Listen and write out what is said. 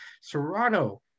Serrano